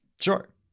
Sure